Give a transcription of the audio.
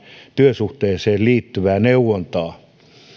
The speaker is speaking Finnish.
työsuhteeseen liittyvää neuvontaa